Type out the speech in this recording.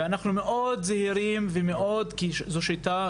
שמי מיקי רויטמן, אני עורכת-דין, מייצגת את